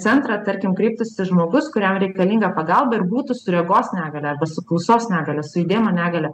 centrą tarkim kreiptųsi žmogus kuriam reikalinga pagalba ir būtų su regos negalia arba su klausos negalia su judėjimo negalia